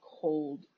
cold